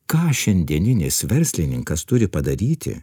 ką šiandieninis verslininkas turi padaryti